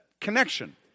connection